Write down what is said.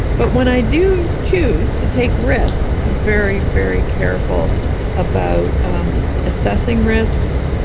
but when i do choose to take risks, i'm very, very careful about um assessing risks,